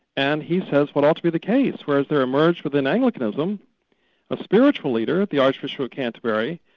and he says what ought to be the case, whereas there emerged within anglicanism a spiritual leader, the archbishop of canterbury,